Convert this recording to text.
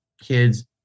kids